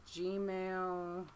Gmail